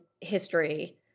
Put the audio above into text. history